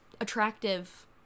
attractive